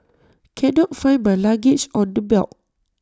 cannot find my luggage on the belt